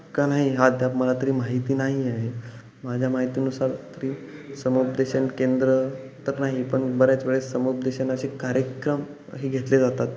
का नाही अद्याप मला तरी माहिती नाही आहे माझ्या माहितीनुसार तरी समुपदेशन केंद्र तर नाही पण बऱ्याच वेळेस समुपदेशनाचे कार्यक्रम हे घेतले जातात